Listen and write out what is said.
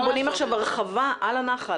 הם בונים עכשיו הרחבה על הנחל.